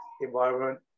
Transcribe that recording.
environment